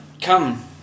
come